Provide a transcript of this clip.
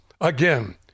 Again